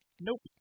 nope